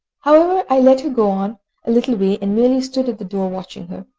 however i let her go on a little way, and merely stood at the door watching her.